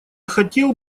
хотел